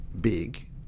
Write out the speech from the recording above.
big